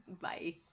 Bye